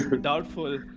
doubtful